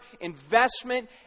investment